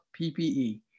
PPE